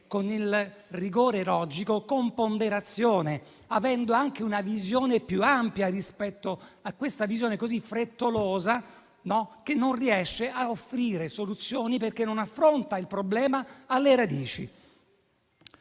con il rigore logico, con ponderazione, avendo anche una visione più ampia rispetto a questa visione così frettolosa, che non riesce a offrire soluzioni, perché non affronta il problema alle radici.